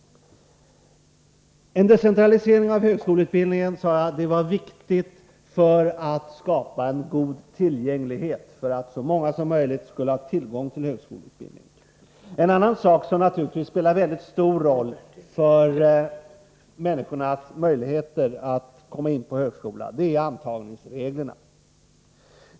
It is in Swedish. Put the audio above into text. En decentralisering av högskolan, sade jag, är viktig för att skapa en god tillgänglighet och ge så många som möjligt tillgång till högskoleutbildning. En annan sak som naturligtvis spelar väldigt stor roll för människornas möjligheter att komma in på högskolan är antagningsreglerna.